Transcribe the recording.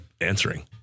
answering